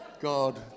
God